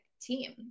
team